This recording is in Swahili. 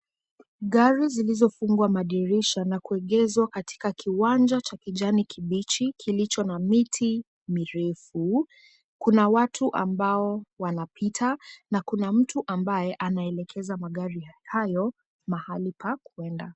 Gari zilizofungwa madirisha na kuegeshwa katika kiwanja cha kijani kibichi kilicho na miti mirefu. Kuna watu ambao wanapita na kuna mtu ambaye anaelekeza magari hayo mahali pa kuenda.